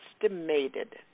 estimated